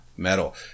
Metal